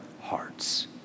hearts